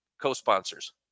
co-sponsors